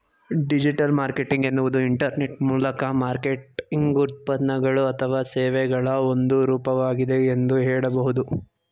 digital marketing ಎನ್ನುವುದು internet ಮೂಲಕ marketing ಉತ್ಪನ್ನಗಳು ಅಥವಾ ಸೇವೆಗಳ ಒಂದು ರೂಪವಾಗಿದೆ ಎಂದು ಹೇಳಬಹುದು